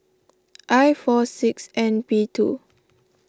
I four six N P two